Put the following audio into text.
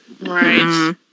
Right